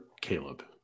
Caleb